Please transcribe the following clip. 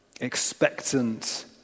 expectant